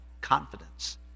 confidence